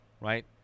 right